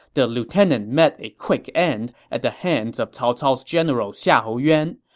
the lieutenant met a quick end at the hands of cao cao's general xiahou yuan,